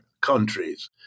countries